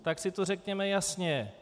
Tak si to řekněme jasně.